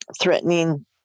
threatening